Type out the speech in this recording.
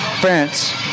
France